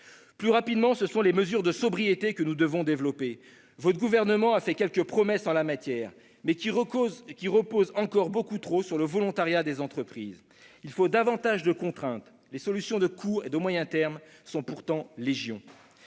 Plus rapidement, nous devons développer les mesures de sobriété. Votre gouvernement a fait quelques promesses en la matière, mais qui reposent encore beaucoup trop sur le volontariat des entreprises. Il faut davantage de contraintes. Les solutions de court et de moyen termes sont pourtant légion.